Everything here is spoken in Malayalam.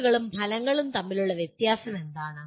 ഔട്ട്പുട്ടുകളും ഫലങ്ങളും തമ്മിലുള്ള വ്യത്യാസം എന്താണ്